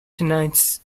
tonight